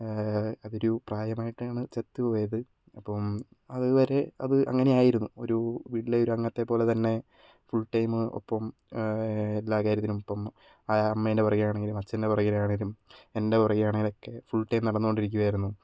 അതൊരു പ്രായമായിട്ടാണ് ചത്തുപോയത് അപ്പം അതുവരെ അത് അങ്ങനെ ആയിരുന്നു ഒരു വീട്ടിലെ ഒരു അംഗത്തെപോലെ തന്നെ ഫുൾ ടൈമ് ഒപ്പം എല്ലാ കാര്യത്തിനും ഒപ്പം അമ്മേന്റെ പുറകെയാണെങ്കിലും അച്ഛൻ്റെ പുറകെയാണെങ്കിലും എൻ്റെ പുറകെയാണെങ്കിലും ഒക്കെ ഫുൾ ടൈം നടന്നുകൊണ്ടിരിക്കുകയായിരുന്നു